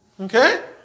Okay